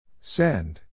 Send